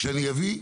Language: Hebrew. כשאני אביא,